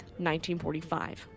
1945